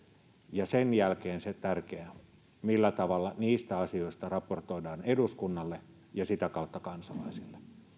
ja sen jälkeen se tärkeä millä tavalla niistä asioista raportoidaan eduskunnalle ja sitä kautta kansalaisille